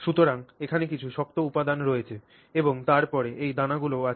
সুতরাং এখানে কিছু শক্ত উপাদান রয়েছে এবং তারপরে এই দানাগুলিও আছে